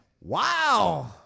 Wow